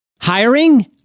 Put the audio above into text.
Hiring